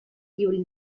during